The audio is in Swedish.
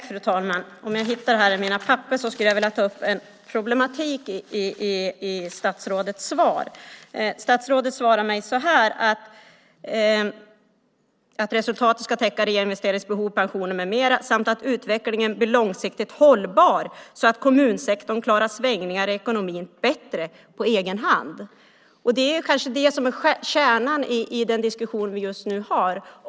Fru talman! Jag skulle vilja ta upp ett problem i statsrådets svar. Statsrådet svarar mig att resultatet ska täcka reinvesteringsbehov, pensioner med mera samt att utvecklingen blir långsiktigt hållbar så att kommunsektorn klarar svängningar i ekonomin bättre på egen hand. Det är kanske det som är kärnan i den diskussion vi just nu för.